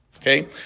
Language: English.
Okay